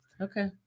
Okay